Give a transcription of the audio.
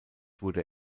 wurde